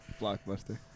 Blockbuster